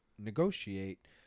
negotiate